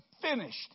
finished